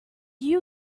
you